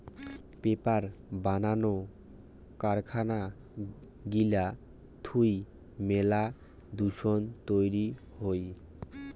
paper বানানো কারখানা গিলা থুই মেলা দূষণ তৈরী হই